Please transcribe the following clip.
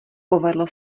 povedlo